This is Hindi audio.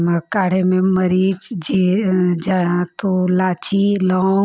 काढ़े में मरीच जीर जा तो इलायची लौन्ग